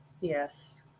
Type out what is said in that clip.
Yes